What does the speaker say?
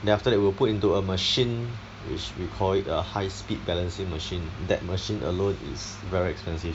then after that we'll put into a machine which we call it a high speed balancing machine that machine alone is very expensive